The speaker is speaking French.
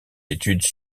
études